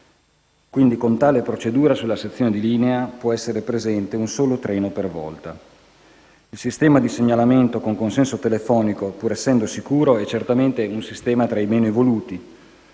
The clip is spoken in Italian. Quindi, con tale procedura, sulla sezione di linea può essere presente un solo treno per volta. Il sistema di segnalamento con consenso telefonico, pur essendo sicuro, è certamente un sistema tra i meno evoluti.